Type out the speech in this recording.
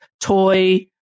toy